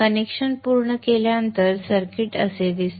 connection पूर्ण केल्यानंतर circuit असे दिसते